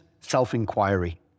self-inquiry